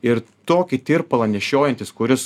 ir tokį tirpalą nešiojantis kuris